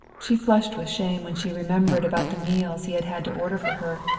she flushed with shame when she remembered about the meals he had had to order for her,